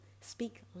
speak